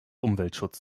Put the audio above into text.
umweltschutz